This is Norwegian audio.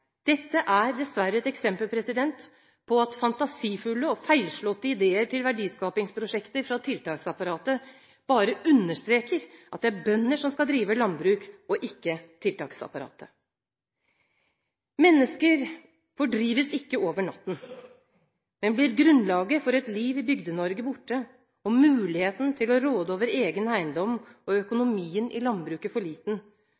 Dette er dessverre et eksempel på fantasifulle og feilslåtte ideer til verdiskapingsprosjekter fra tiltaksapparatet, og det bare understreker at det er bønder som skal drive landbruk, og ikke tiltaksapparatet. Mennesker fordrives ikke over natten, men blir grunnlaget for et liv i Bygde-Norge borte og muligheten til å råde over egen eiendom og økonomien i landbruket for liten,